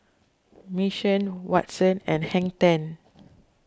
Mission Watsons and Hang ten